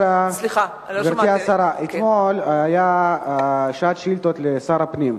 גברתי השרה, אתמול היתה שעת שאלות לשר הפנים.